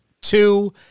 two